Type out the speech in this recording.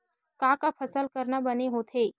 का का फसल करना बने होथे?